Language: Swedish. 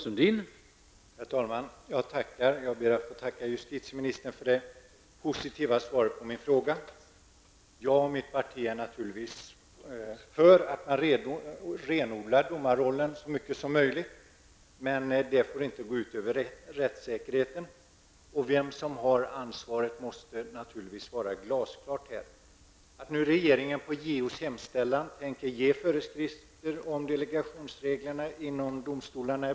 Herr talman! Jag ber att få tacka justitieministern för det positiva svaret på min fråga. Mitt parti och jag är naturligtvis för att renodla domarrollen så mycket som möjligt. Men det får inte gå ut över rättssäkerheten. Det måste naturligtvis vara glasklart vem som har ansvaret. Det är bra att regeringen nu har för avsikt att på hemställan av JO ge föreskrifter om delegationsreglerna inom domstolarna.